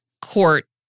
Court